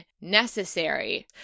necessary